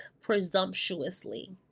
presumptuously